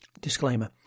Disclaimer